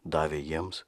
davė jiems